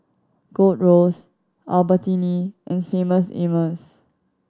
Gold Roast Albertini and Famous Amos